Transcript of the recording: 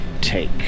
take